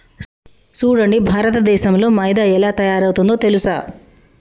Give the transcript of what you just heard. సూడండి భారతదేసంలో మైదా ఎలా తయారవుతుందో తెలుసా